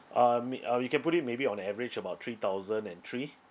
uh may~ uh you can put it maybe on average about three thousand and three